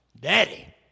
Daddy